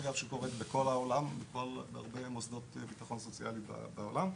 שקורית בכל העולם ובהרבה מוסדות ביטחון סוציאלי בעולם.